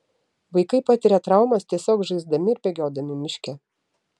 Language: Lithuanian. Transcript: vaikai patiria traumas tiesiog žaisdami ir bėgiodami miške